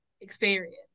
experience